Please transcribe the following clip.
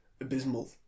abysmal